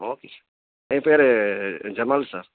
okay sir என் பேரு Jamal sir